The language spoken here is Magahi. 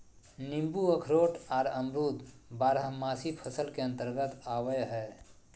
नींबू अखरोट आर अमरूद बारहमासी फसल के अंतर्गत आवय हय